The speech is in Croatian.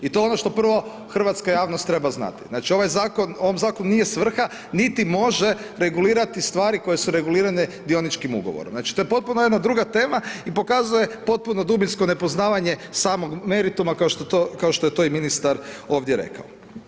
I to je ono što prvo hrvatska javnost treba znati, znati ovaj zakon, ovom zakonu nije svrha niti može regulirati stvari koje su regulirane dioničkim ugovorom, znači to je potpuno jedna druga tema i pokazuje potpuno dubinsko nepoznavanje samog merituma kao što je to i ministar ovdje rekao.